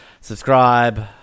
subscribe